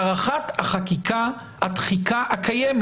שלושה חודשים לחשוף את כמויות הנבדקים מכל קבוצה חיסונית או לא חיסונית,